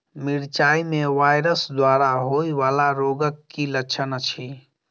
मिरचाई मे वायरस द्वारा होइ वला रोगक की लक्षण अछि?